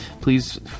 please